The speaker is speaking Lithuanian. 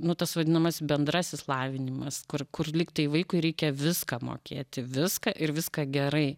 nu tas vadinamas bendrasis lavinimas kur kur lyg tai vaikui reikia viską mokėti viską ir viską gerai